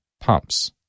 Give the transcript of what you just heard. pumps